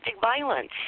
violence